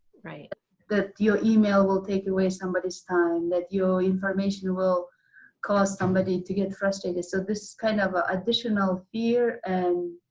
that your email will take away somebody's time. that your information will cause somebody to get frustrated. so, this kind of ah additional fear and